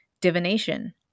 Divination